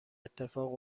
اتفاق